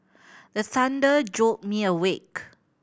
the thunder jolt me awake